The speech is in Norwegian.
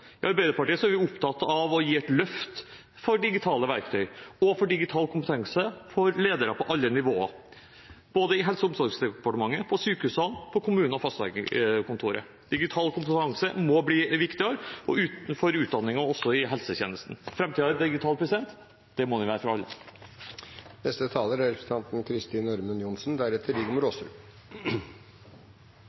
I Arbeiderpartiet er vi opptatt av å gi et løft for digitale verktøy og for digital kompetanse for ledere på alle nivåer, både i Helse- og omsorgsdepartementet, på sykehusene og på det kommunale fastlegekontoret. Digital kompetanse må bli viktigere for utdanningen også i helsetjenesten. Framtiden er digital. Det må den være for alle. Jeg har lyst til å bemerke når det gjelder sykehusøkonomi, at ingen av de store prosjektene som regjeringen har kommet med, er